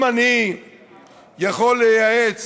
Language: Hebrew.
אם אני יכול לייעץ